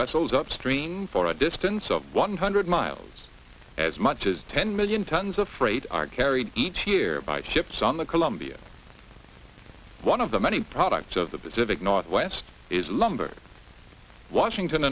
vessels upstream for a distance of one hundred miles as much as ten million tons of freight are carried each year by ships on the columbia one of the many products of the pacific northwest is lumber washington